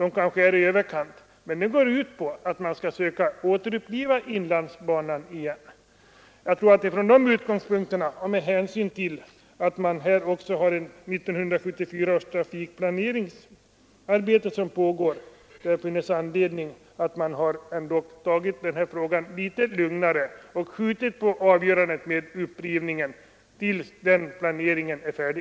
är kanske i överkant, men dessa går ut på att man skall försöka återuppliva inlandsbanan igen. Från dessa utgångspunkter och med hänsyn till att 1974 års trafikplaneringsarbete pågår finns det anledning att ta denna fråga litet lugnare och att skjuta på beslutet om upprivningen till dess denna planering är färdig.